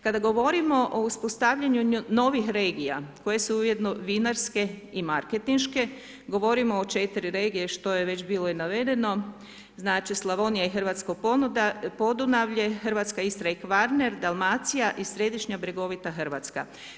Kada govorimo o uspostavljanju novih regija koje su ujedno vinarske i marketinške govorimo o 4 regije što je već bilo i navedeno, znači Slavonija i hrvatsko Podunavlje, Hrvatska Istra i Kvarner, Dalmacija i središnja brjegovita Hrvatska.